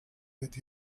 with